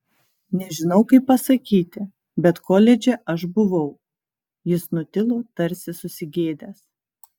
nežinau kaip pasakyti bet koledže aš buvau jis nutilo tarsi susigėdęs